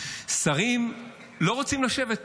שרים לא רוצים לשבת פה.